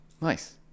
nice